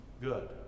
good